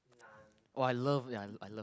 oh I love ya I love